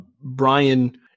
Brian